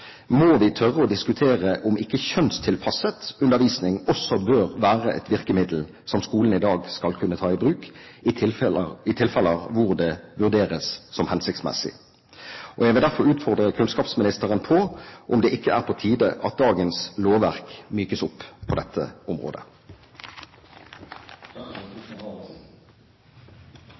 må vi tørre å diskutere om ikke kjønnstilpasset undervisning også bør være et virkemiddel som skolen i dag skal kunne ta i bruk i tilfeller hvor det vurderes som hensiktsmessig. Jeg vil derfor utfordre kunnskapsministeren på om det ikke er på tide at dagens lovverk mykes opp på dette området.